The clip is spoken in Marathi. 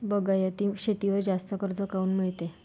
बागायती शेतीवर जास्त कर्ज काऊन मिळते?